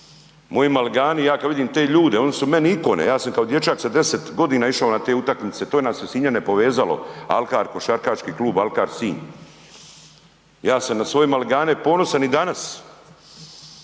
Moji maligani, ja kad vidim te ljude, oni su meni ikone, ja sam kao dječak sa 10.g. išao na te utakmice, to nas je Sinjane povezalo, alkar, košarkaški klub Alkar Sinj, ja sam na svoje maligane ponosan i danas,